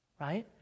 Right